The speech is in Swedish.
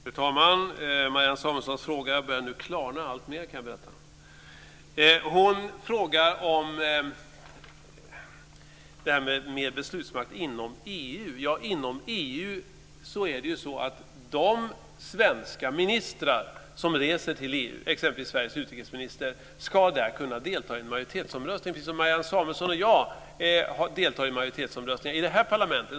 Fru talman! Marianne Samuelssons fråga börjar klarna alltmer. Hon frågar om beslutsmakt inom EU. Sveriges utrikesminister, ska där kunna delta i en majoritetsomröstning, precis som Marianne Samuelsson och jag deltar i majoritetsomröstningar i det här parlamentet.